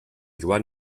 joan